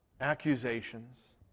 accusations